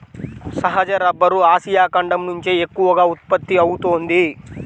సహజ rubber Asia ఖండం నుంచే ఎక్కువగా ఉత్పత్తి అవుతోంది